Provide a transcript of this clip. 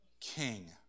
King